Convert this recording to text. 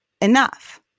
enough